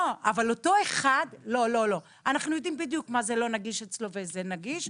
אנחנו יודעים בדיוק מה נגיש אצלו מה לא נגיש.